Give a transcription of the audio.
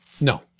No